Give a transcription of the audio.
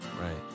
right